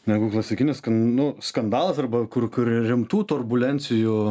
negu klasikinis kad nu skandalas arba kur kur rimtų turbulencijų